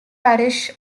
parish